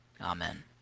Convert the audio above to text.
amen